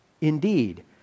Indeed